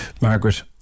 Margaret